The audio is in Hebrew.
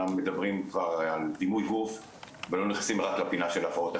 מדברים כבר על דימוי גוף ולא נכנסים לפינה רק של הפרעות אכילה.